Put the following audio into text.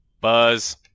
buzz